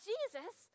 Jesus